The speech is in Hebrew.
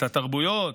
את התרבויות,